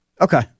Okay